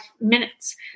minutes